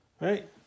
Right